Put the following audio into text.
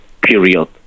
period